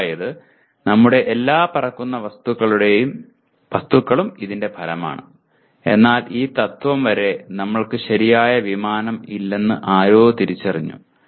അതായത് നമ്മുടെ എല്ലാ പറക്കുന്ന വസ്തുക്കളും ഇതിന്റെ ഫലമാണ് എന്നാൽ ഈ തത്ത്വം വരെ നമ്മൾക്ക് ശരിയായ വിമാനം ഇല്ലെന്ന് ആരോ തിരിച്ചറിഞ്ഞു